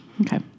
okay